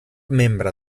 membre